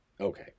okay